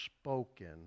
spoken